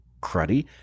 cruddy